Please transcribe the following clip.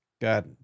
got